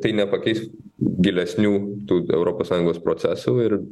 tai nepakeis gilesnių europos sąjungos procesų ir